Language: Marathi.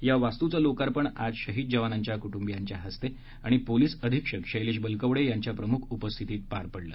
या वास्तूचे लोकार्पण आज शहीद जवानांच्या कुटुंबीयांच्या हस्ते आणि पोलिस अधीक्षक शैलेश बलकवडे यांच्या प्रमुख उपस्थितीत पार पडले